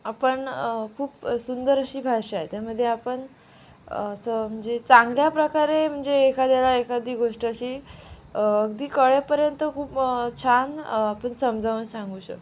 आपण खूप सुंदर अशी भाषा आहे त्यामध्ये आपण असं म्हणजे चांगल्याप्रकारे म्हणजे एखाद्याला एखादी गोष्ट अशी अगदी कळेपर्यंत खूप छान आपण समजावून सांगू शकतो